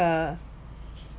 uh